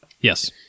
Yes